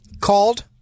called